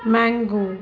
mango